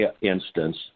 instance